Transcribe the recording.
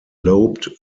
lobed